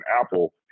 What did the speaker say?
Apple